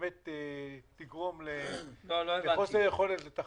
שתגרום לחוסר יכולת לתכנן?